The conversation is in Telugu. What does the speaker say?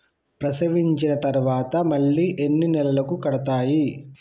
ప్రసవించిన తర్వాత మళ్ళీ ఎన్ని నెలలకు కడతాయి?